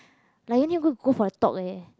like you need to go go for a talk eh